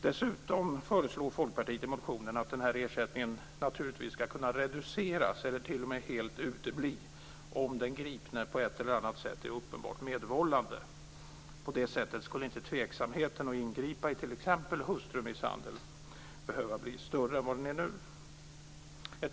Dessutom föreslår Folkpartiet i motionen att den här ersättningen naturligtvis ska kunna reduceras eller t.o.m. helt utebli om den gripna på ett eller annat sätt är uppenbart medvållande. På det sättet skulle inte tveksamheten att ingripa vid t.ex. hustrumisshandel behöva bli större än vad den är nu.